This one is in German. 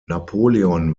napoleon